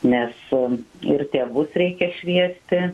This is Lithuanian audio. nes su ir tėvus reikia šviesti